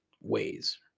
ways